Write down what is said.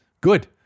Good